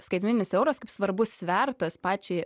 skaitmeninis euras kaip svarbus svertas pačiai